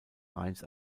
rheins